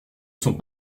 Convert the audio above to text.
sont